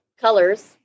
colors